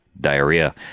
diarrhea